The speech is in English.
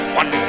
one